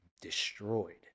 destroyed